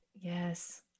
Yes